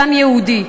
גם יהודי.